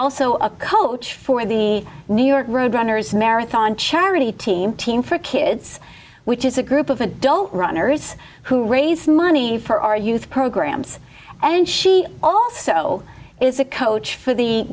also a coach for the new york road runners marathon charity team team for kids which is a group of adult runners who raise money for our youth programs and she also is a coach for the